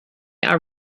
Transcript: are